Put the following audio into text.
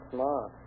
Smart